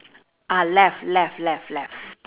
ah left left left left